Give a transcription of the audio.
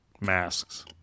Masks